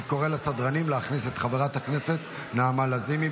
אני קורא לסדרנים להכניס את חברת הכנסת נעמה לזימי.